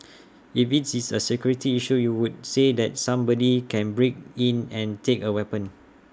if it's is A security issue you would say that somebody can break in and take A weapon